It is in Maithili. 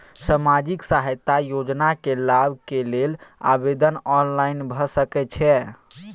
सामाजिक सहायता योजना के लाभ के लेल आवेदन ऑनलाइन भ सकै छै?